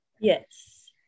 Yes